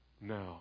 now